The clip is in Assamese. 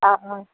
অঁ অঁ